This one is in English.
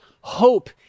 hope